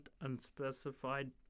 unspecified